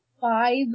five